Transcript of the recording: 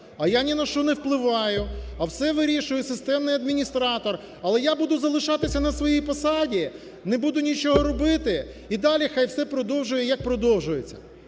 а я ні на що не впливаю; а все вирішує системний адміністратор; але я буду залишатися на своїй посаді, не буду нічого робити, і далі хай все продовжує, як продовжується.